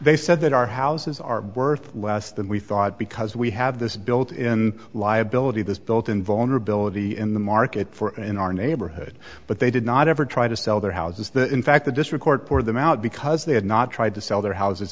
they said that our houses worth less than we thought because we had this built in liability this built in vulnerability in the market for in our neighborhood but they did not ever try to sell their houses that in fact the district court for them out because they had not tried to sell their houses